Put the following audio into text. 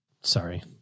Sorry